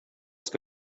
ska